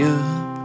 up